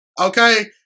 okay